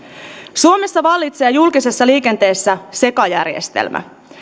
suomessa vallitsee julkisessa liikenteessä sekajärjestelmä